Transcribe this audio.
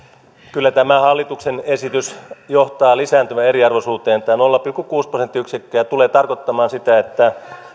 kyllä tämä hallituksen esitys johtaa lisääntyvään eriarvoisuuteen tämä nolla pilkku kuusi prosenttiyksikköä tulee tarkoittamaan sitä että